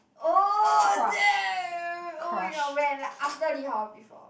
oh damn oh-my-god when after li-hao or before